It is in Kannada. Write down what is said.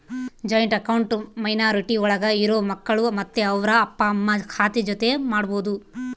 ಜಾಯಿಂಟ್ ಅಕೌಂಟ್ ಮೈನಾರಿಟಿ ಒಳಗ ಇರೋ ಮಕ್ಕಳು ಮತ್ತೆ ಅವ್ರ ಅಪ್ಪ ಅಮ್ಮ ಖಾತೆ ಜೊತೆ ಮಾಡ್ಬೋದು